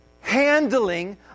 handling